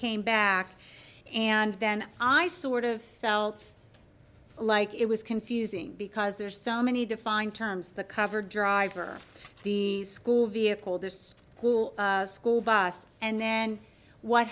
came back and then i sort of felt like it was confusing because there's so many defining terms the cover driver the school vehicle there's a pool school bus and then what